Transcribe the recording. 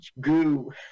goo